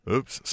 Oops